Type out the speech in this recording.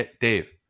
Dave